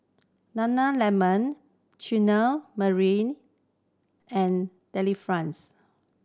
Nana Lemon Chutney Mary and Delifrance